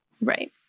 Right